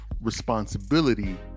responsibility